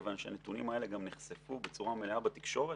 כיוון שהנתונים האלה גם נחשפו בצורה מלאה בתקשורת.